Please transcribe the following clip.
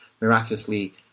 miraculously